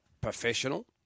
professional